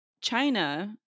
china